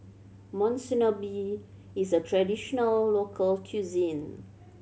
Monsunabe is a traditional local cuisine